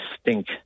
stink